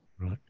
Right